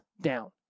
down